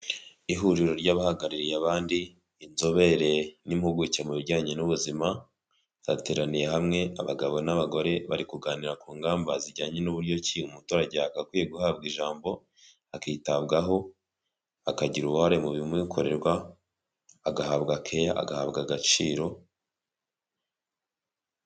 Ihuriro ry'abahagarariye abandi, inzobere n'impuguke mu bijyanye n'ubuzima, zateraniye hamwe abagabo n'abagore bari kuganira ku ngamba zijyanye n'uburyo ki umuturage yagakwiye guhabwa ijambo, akitabwaho, akagira uruhare mu bimukorerwa, agahabwa keya agahabwa agaciro....